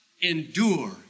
endure